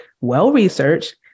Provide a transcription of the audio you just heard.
well-researched